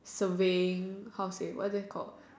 surveying how to say what is that called